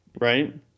right